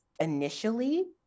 initially